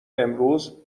امروز